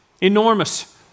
enormous